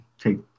take